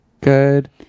Good